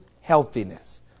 healthiness